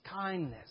kindness